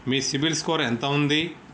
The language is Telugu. మీ సిబిల్ స్కోర్ ఎంత ఉంది?